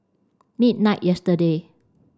midnight yesterday